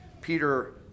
Peter